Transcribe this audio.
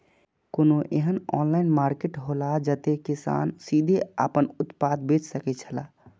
कोनो एहन online market हौला जते किसान सीधे आपन उत्पाद बेच सकेत छला?